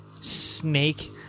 snake